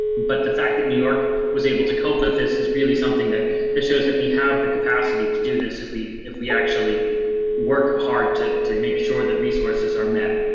but the fact that new york was able to cope with this is really something that this shows that we have the capacity to do this. if we if we actually work hard to to make sure that resources are met,